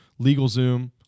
LegalZoom